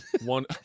one